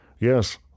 Yes